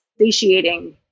satiating